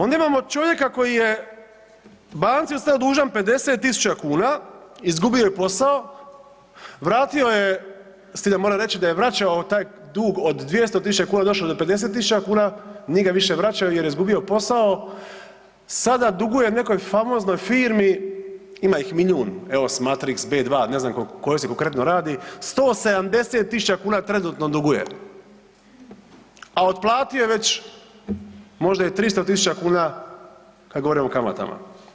Onda imamo čovjeka koji je banci ostao dužan 50.000 kuna, izgubio je posao, vratio je, s tim da moram reći da je vraćao taj dug od 200.000 kuna došao do 50.000 kuna nije ga više vraćao jer je izgubio posao, sada duguje nekoj famoznoj firmi ima ih milijun evo Smatrix, B2 ne znam o kojoj se konkretno radi 170.000 kuna trenutno duguje, a otplatio je već možda i 300.000 kuna kad govorimo o kamatama.